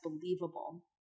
believable